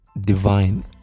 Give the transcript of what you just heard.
divine